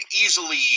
easily